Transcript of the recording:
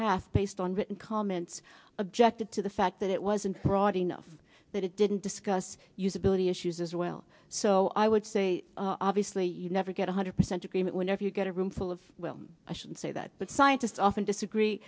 half based on written comments objected to the fact that it wasn't broad enough that it didn't discuss usability issues as well so i would say obviously you never get one hundred percent agreement whenever you get a room full of well i shouldn't say that but scientists often disagree